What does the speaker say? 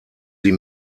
sie